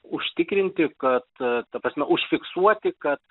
užtikrinti kad ta prasme užfiksuoti kad